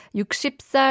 60살